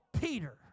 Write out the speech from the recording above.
Peter